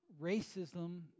racism